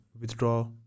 withdraw